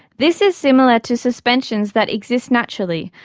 this is similar to suspensions that exist naturally,